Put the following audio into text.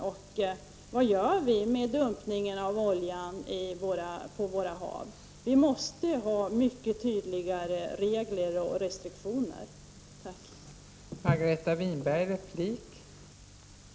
Och vad gör vi med dumpningen av olja i våra hav? Vi måste ha restriktioner och mycket tydligare regler.